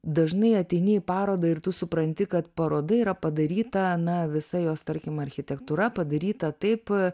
dažnai ateini į parodą ir tu supranti kad paroda yra padaryta na visa jos tarkim architektūra padaryta taip